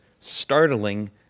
startling